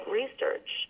research